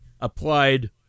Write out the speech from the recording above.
applied